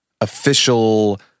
official